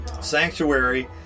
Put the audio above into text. Sanctuary